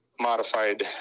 modified